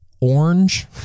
orange